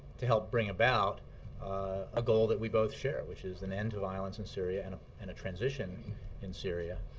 to help bring about a goal that we both share, which is an end to violence in syria and ah and a transition in syria,